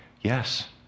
Yes